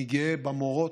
אני גאה במורות,